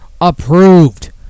approved